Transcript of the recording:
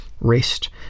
rest